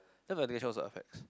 education also affects